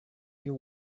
you